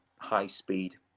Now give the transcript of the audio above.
high-speed